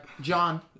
John